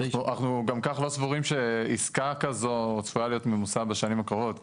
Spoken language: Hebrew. אנחנו גם כך לא סבורים שעסקה כזו צפויה להיות ממוסה בשנים הקרובות,